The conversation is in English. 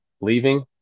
leaving